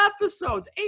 episodes